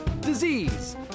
disease